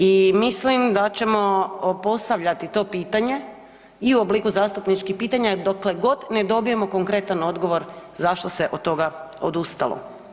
I mislim da ćemo postavljati to pitanje i u obliku zastupničkih pitanja dokle god ne dobijemo konkretan odgovor zašto od toga odustalo.